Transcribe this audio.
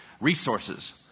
resources